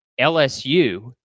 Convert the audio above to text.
LSU